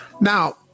Now